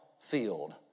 field